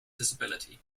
disability